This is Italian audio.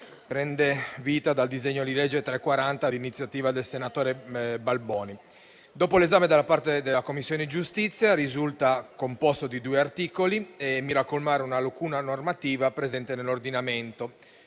prende vita dal disegno di legge n. 340, di iniziativa del senatore Balboni. Dopo l'esame da parte della Commissione giustizia, risulta composto di due articoli e mira colmare una lacuna normativa presente nell'ordinamento,